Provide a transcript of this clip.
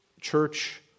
church